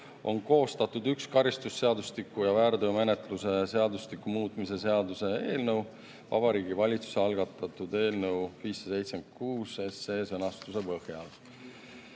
on koostatud üks karistusseadustiku ja väärteomenetluse seadustiku muutmise seaduse eelnõu Vabariigi Valitsuse algatatud eelnõu 576 sõnastuse põhjal.